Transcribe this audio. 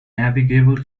navigable